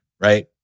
right